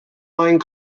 line